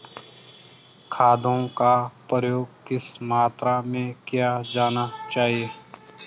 खादों का प्रयोग किस मात्रा में किया जाना चाहिए?